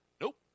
nope